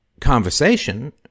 conversation